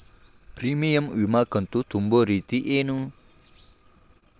Premium ವಿಮಾ ಕಂತು ತುಂಬೋ ರೇತಿ ಏನು?